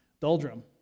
doldrum